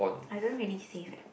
I don't really save eh